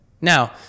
Now